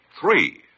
Three